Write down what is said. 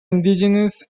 indigenous